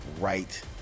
right